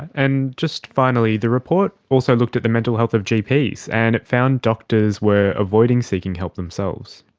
and just finally, the report also looked at the mental health of gps and it found doctors were avoiding seeking help themselves.